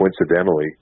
coincidentally